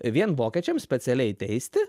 vien vokiečiam specialiai teisti